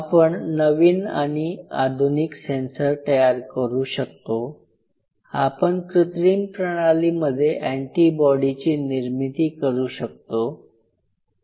आपण नवीन आणि आधुनिक सेन्सर तयार करु शकतो आपण कृत्रिम प्रणालीमध्ये अँटीबॉडीची निर्मिती करू शकतो